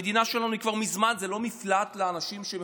המדינה שלנו היא כבר מזמן לא מפלט לאנשים שמחפשים,